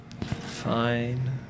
Fine